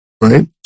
right